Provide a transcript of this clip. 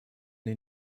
den